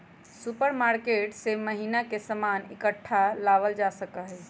supermarket से महीना के सामान इकट्ठा लावल जा सका हई